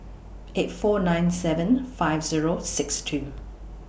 eight four nine seven five Zero six two